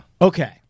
Okay